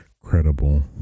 credible